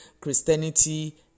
Christianity